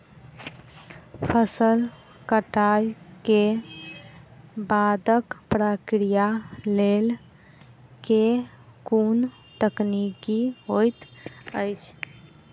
फसल कटाई केँ बादक प्रक्रिया लेल केँ कुन तकनीकी होइत अछि?